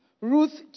Ruth